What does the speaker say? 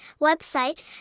Website